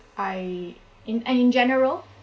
I in and general